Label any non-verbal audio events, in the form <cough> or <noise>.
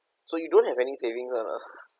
so you don't have any savings [one] ah <laughs>